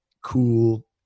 cool